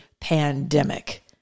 pandemic